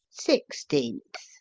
sixteenth,